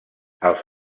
als